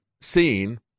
seen